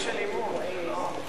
זה